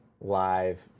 live